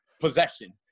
Possession